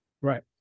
Right